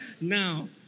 Now